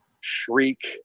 Shriek